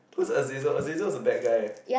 who's Azazel Azazel is a bad guy eh